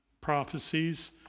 prophecies